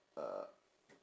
uh